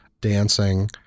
dancing